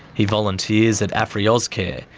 he volunteers at afri-aus care,